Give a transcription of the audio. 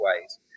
ways